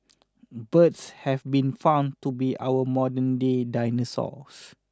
birds have been found to be our modern day dinosaurs